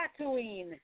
Tatooine